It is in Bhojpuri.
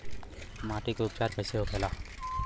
माटी के उपचार कैसे होखे ला?